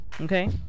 Okay